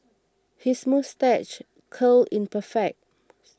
his moustache curl is perfect